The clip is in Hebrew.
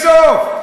יש סוף.